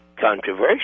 controversial